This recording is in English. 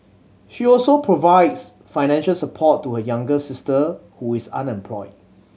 she also provides financial support to her younger sister who is unemployed